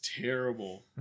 terrible